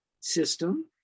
system